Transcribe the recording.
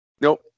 Nope